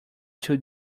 two